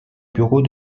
bureaux